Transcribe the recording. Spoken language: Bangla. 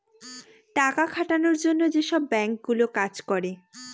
টাকা খাটানোর জন্য যেসব বাঙ্ক গুলো কাজ করে